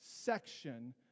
section